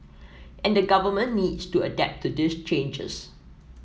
and the government needs to adapt to these changes